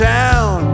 town